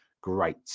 great